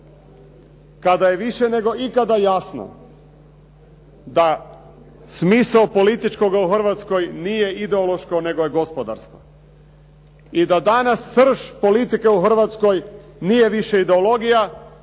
kada je više nego ikada jasno da smisao političkoga u Hrvatskoj nije ideološko, nego je gospodarsko. I da danas srž politike u Hrvatskoj nije više ideologija,